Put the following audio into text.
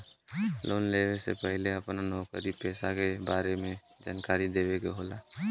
Loan लेवे से पहिले अपना नौकरी पेसा के बारे मे जानकारी देवे के होला?